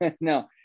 No